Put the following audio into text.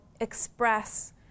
express